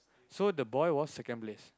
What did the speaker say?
so the boy was second place